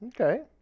Okay